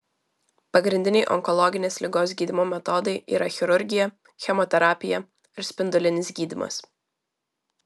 pagrindiniai onkologinės ligos gydymo metodai yra chirurgija chemoterapija ar spindulinis gydymas